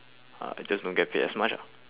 uh just don't get paid at much ah